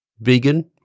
vegan